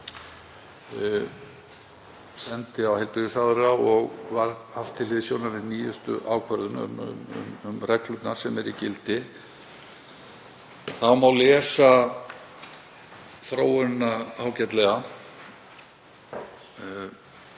sendi á heilbrigðisráðherra og var haft til hliðsjónar við nýjustu ákvörðun um reglurnar sem eru í gildi, þá má lesa þróunina ágætlega.